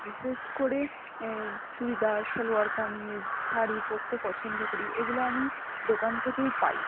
বিশেষ করে চুড়িদার সালোয়ার কামিজ শাড়ি পরতে পছন্দ করি এগুলো আমি দোকান থেকেই পাই